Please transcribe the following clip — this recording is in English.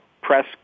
press